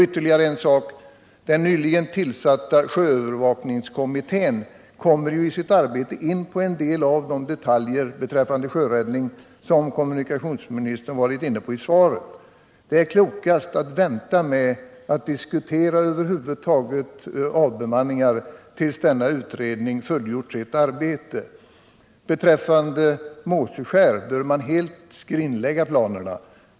Ytterligare en sak: Den nyligen tillsatta sjöövervakningskommittén kommer i sitt arbete in på en del av de detaljer beträffande sjöräddning som kommunikationsministern varit inne på i svaret. Det är då klokast att vänta med att över huvud taget diskutera avbemanningen tills denna utredning fullgjort sitt arbete. Beträffande Måseskär bör man helt skrinlägga planerna.